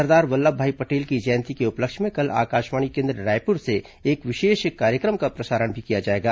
सरदार वल्लभभाई पटेल की जयंती के उपलक्ष्य में कल आकाशवाणी केन्द्र रायपुर से एक विशेष कार्यक्रम का प्रसारण भी किया जाएगा